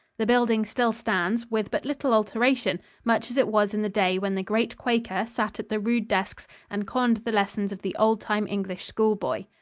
the building still stands, with but little alteration, much as it was in the day when the great quaker sat at the rude desks and conned the lessons of the old-time english schoolboy.